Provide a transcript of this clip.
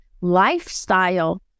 lifestyle